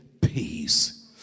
peace